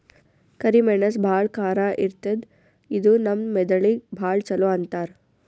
ಕರಿ ಮೆಣಸ್ ಭಾಳ್ ಖಾರ ಇರ್ತದ್ ಇದು ನಮ್ ಮೆದಳಿಗ್ ಭಾಳ್ ಛಲೋ ಅಂತಾರ್